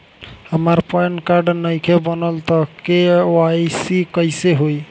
हमार PAN card नईखे बनल त के.वाइ.सी कइसे होई?